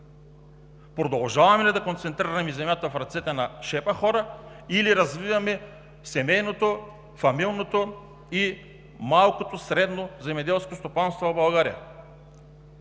Продължаваме ли да концентрираме земята в ръцете на шепа хора, или развиваме семейното, фамилното и малкото, средно земеделско стопанство в България?